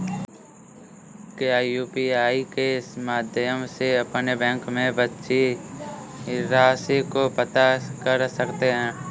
क्या यू.पी.आई के माध्यम से अपने बैंक में बची राशि को पता कर सकते हैं?